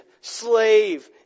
slave